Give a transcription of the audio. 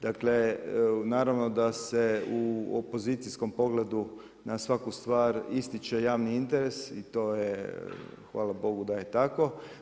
Dakle, naravno da se u opozicijskom pogledu na svaku stvar ističe javni interes i to je, hvala Bogu da je tako.